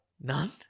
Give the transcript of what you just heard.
None